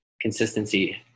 consistency